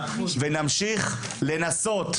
נמשיך להגיד אותה ונמשיך לנסות,